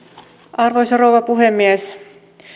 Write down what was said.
arvoisa rouva puhemies